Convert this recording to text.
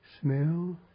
smell